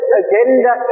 agenda